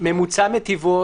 ממוצע מטבעו,